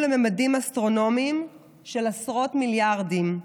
לממדים אסטרונומיים של עשרות מיליארדים.